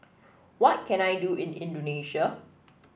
what can I do in Indonesia